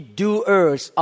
doers